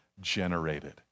generated